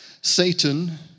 Satan